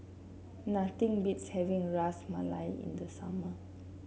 nothing beats having Ras Malai in the summer